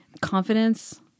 confidence